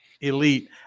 elite